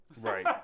Right